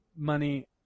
money